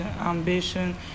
ambition